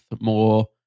more